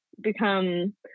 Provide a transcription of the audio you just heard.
become